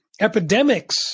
epidemics